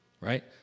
right